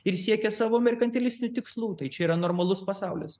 ir siekia savo merkantilinių tikslų tai čia yra normalus pasaulis